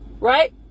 Right